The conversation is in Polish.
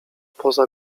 poza